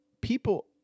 people